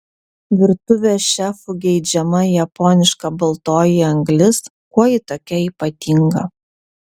virtuvės šefų geidžiama japoniška baltoji anglis kuo ji tokia ypatinga